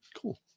Cool